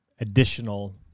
additional